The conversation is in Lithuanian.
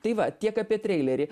tai va tiek apie treilerį